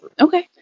Okay